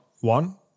one